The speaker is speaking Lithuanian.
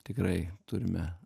tikrai turime